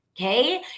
Okay